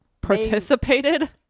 participated